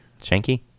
Shanky